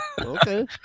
okay